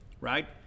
right